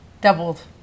Doubled